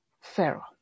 Pharaoh